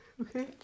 Okay